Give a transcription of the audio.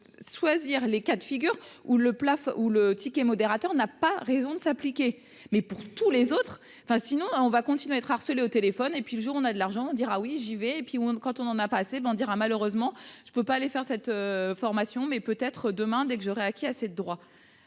choisir les cas de figure, où le plafond ou le ticket modérateur, n'a pas raison de s'appliquer, mais pour tous les autres, enfin, sinon on va continuer à être harcelés au téléphone et puis le jour où on a de l'argent, dira oui, Givet et puis quand on en a pas assez Bandiera malheureusement je peux pas aller faire cette formation mais peut être demain, dès que j'aurai acquis à ces droits,